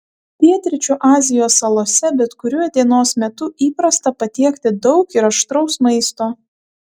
pietryčių azijos salose bet kuriuo dienos metu įprasta patiekti daug ir aštraus maisto